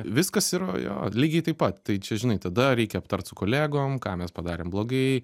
viskas yra jo lygiai taip pat tai čia žinai tada reikia aptart su kolegom ką mes padarėm blogai